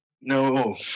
no